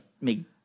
make